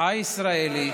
משפחה ישראלית.